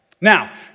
Now